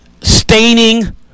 Staining